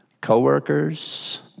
coworkers